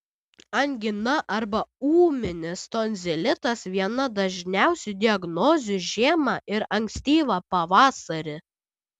angina arba ūminis tonzilitas viena dažniausių diagnozių žiemą ir ankstyvą pavasarį